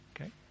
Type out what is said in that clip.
Okay